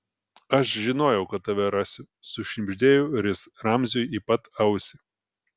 aš žinojau kad tave rasiu sušnibždėjo jis ramziui į pat ausį